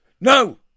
No